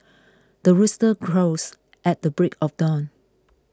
the rooster crows at the break of dawn